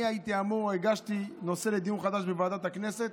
אני הגשתי נושא לדיון מחודש בוועדת הכנסת.